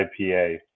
IPA